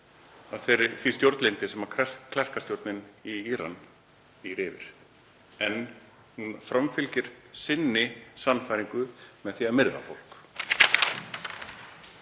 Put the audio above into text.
með brot af því stjórnlyndi sem klerkastjórnin í Íran býr yfir en hún framfylgir sinni sannfæringu með því að myrða fólk.